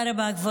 מה אתה צועק?